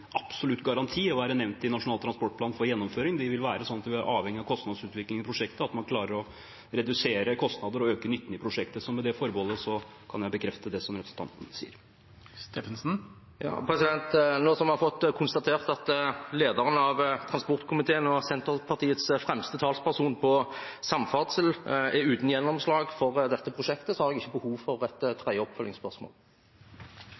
absolutt garanti for gjennomføring å være nevnt i Nasjonal transportplan. Det vil være avhengig av kostnadsutviklingen i prosjektet, at man klarer å redusere kostnader og øke nytten i prosjektet. Med det forbeholdet kan jeg bekrefte det representanten sier. Nå som vi har fått konstatert at lederen av transportkomiteen og Senterpartiets fremste talsperson på samferdsel er uten gjennomslag for dette prosjektet, har jeg ikke behov for et